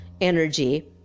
energy